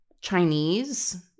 Chinese